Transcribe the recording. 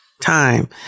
time